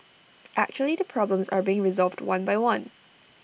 actually the problems are being resolved one by one